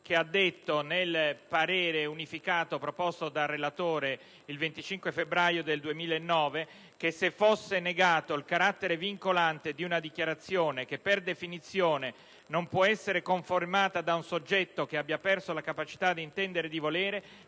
precisamente, nel parere proposto dal relatore il 25 febbraio 2009 si ribadisce che se fosse negato il carattere vincolante di una dichiarazione, che per definizione non può essere confermata da un soggetto che abbia perso la capacità di intendere e di volere,